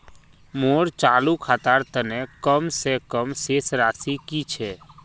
मोर चालू खातार तने कम से कम शेष राशि कि छे?